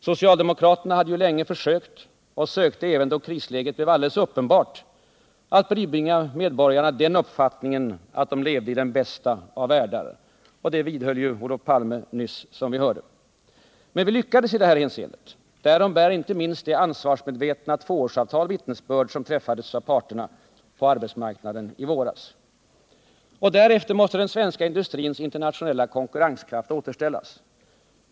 Socialdemokraterna hade ju länge försökt och sökte, även då krisläget blev alldeles uppenbart, att bibringa medborgarna den uppfattningen att de levde ”i den bästa av världar”. Detta vidhöll Olof Palme, som vi alldeles nyss hörde. Men vi lyckades i det hänseendet. Därom bär inte minst det ansvarsmedvetna tvåårsavtal vittnesbörd som träffades av parterna på arbetsmarknaden i våras. Därefter måste den svenska industrins internationella konkurrenskraft återställas.